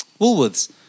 Woolworths